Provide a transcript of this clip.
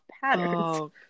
patterns